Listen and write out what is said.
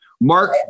Mark